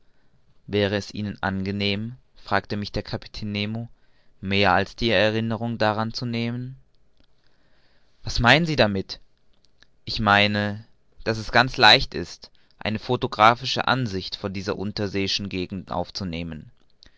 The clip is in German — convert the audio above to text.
wäre es ihnen angenehm fragte mich der kapitän nemo mehr als die erinnerung daran mit zu nehmen was meinen sie damit ich meine daß es ganz leicht ist eine photographische ansicht von dieser unterseeischen gegend aufzunehmen